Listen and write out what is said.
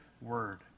word